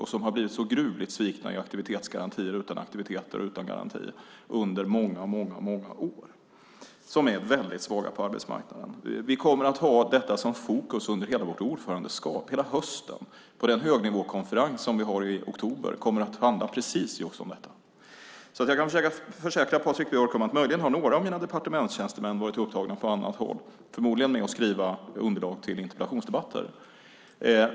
De har blivit så gruvligt svikna i aktivitetsgarantier utan aktiviteter och utan garantier under många år och är väldigt svaga på arbetsmarknaden. Vi kommer att ha detta som fokus under hela vårt ordförandeskap, hela hösten, och den högnivåkonferens som vi har i oktober kommer att handla precis om detta. Jag kan försäkra Patrik Björck om att några av mina departementstjänstemän möjligen varit upptagna på annat håll, förmodligen med att skriva underlag till interpellationsdebatter.